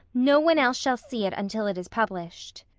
no one else shall see it until it is published.